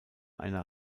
einer